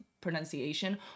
pronunciation